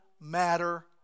matter